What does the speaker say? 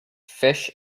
fish